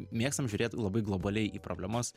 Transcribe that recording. mėgstam žiūrėt labai globaliai į problemas